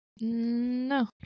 No